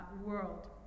world